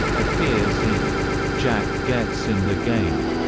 appears in jack gets in the game,